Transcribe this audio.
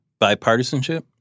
bipartisanship